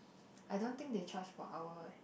I don't think they charge per hour eh